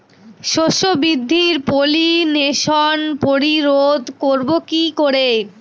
শস্য বৃদ্ধির পলিনেশান প্রতিরোধ করব কি করে?